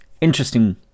Interesting